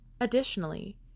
Additionally